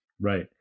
Right